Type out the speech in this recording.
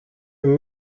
een